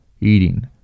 eating